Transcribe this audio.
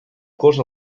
cos